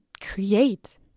create